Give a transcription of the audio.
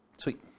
Sweet